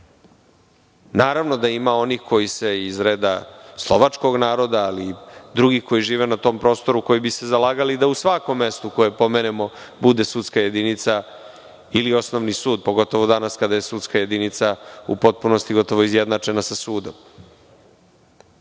Naravno, da ima onih, koji se iz reda Slovačkog naroda, ali i drugih koji žive na tom prostoru, koji bi se zalagali da u svakom mestu koje pomenemo bude sudska jedinica, ili osnovni sud, pogotovo danas kada je sudska jedinica u potpunosti gotovo izjednačena sa sudom.